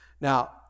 Now